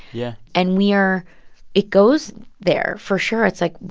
yeah and we are it goes there, for sure. it's, like,